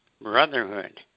Brotherhood